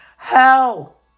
Hell